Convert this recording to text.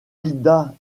hilda